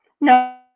no